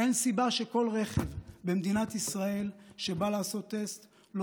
אין סיבה שכל רכב במדינת ישראל שבא לעשות טסט לא